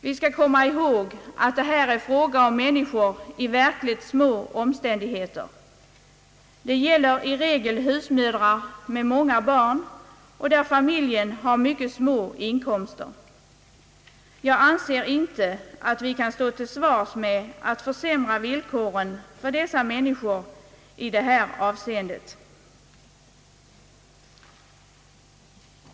Vi skall komma ihåg att det här är fråga om människor i verkligt små omständigheter. Det gäller i regel husmödrar med många barn och familjer med mycket små inkomster. Jag anser inte att vi kan stå till svars med att försämra villkoren för dessa människor i det här avseendet.